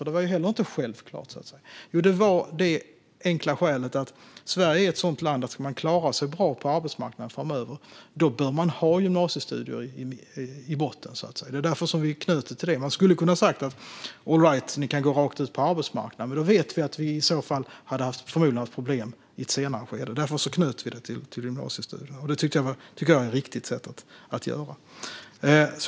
Det var ju heller inte självklart. Jo, det gjorde vi av det enkla skälet att i Sverige bör man ha gymnasiestudier i botten för att klara sig bra på arbetsmarknaden framöver. Det var därför som vi knöt det till detta. Man skulle ha kunnat säga: All right, ni kan gå rakt ut på arbetsmarknaden. Men då vet vi att vi förmodligen hade haft problem i ett senare skede. Därför knöt vi det till gymnasiestudier. Det tycker jag är riktigt att göra.